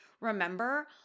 remember